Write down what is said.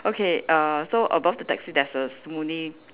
okay uh so above the taxi there's a smoothie